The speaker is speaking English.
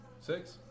six